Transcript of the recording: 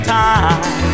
time